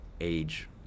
age